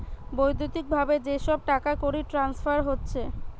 বৈদ্যুতিক ভাবে যে সব টাকাকড়ির ট্রান্সফার হচ্ছে